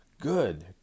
Good